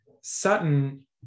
Sutton